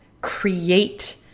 create